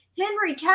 Henry